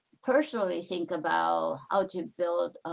personally think about how to build